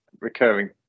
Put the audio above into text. recurring